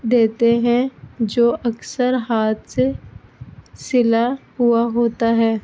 دیتے ہیں جو اکثر ہاتھ سے سلا ہوا ہوتا ہے